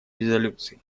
резолюции